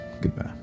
Goodbye